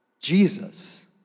Jesus